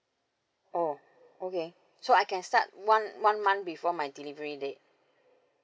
oh okay so I can start one one month before my delivery late